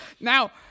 Now